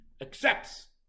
accepts